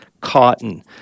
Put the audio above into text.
cotton